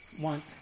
want